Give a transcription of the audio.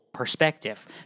perspective